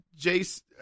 Jace